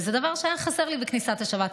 זה דבר שהיה חסר לי בכניסת השבת.